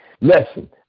listen